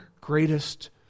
greatest